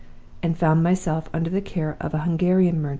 and found myself under the care of a hungarian merchant,